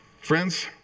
Friends